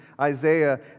Isaiah